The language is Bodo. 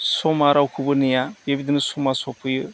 समा रावखौबो नेया बेबायदिनो समाआ सफैयो